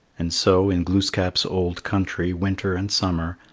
and so, in glooskap's old country winter and summer,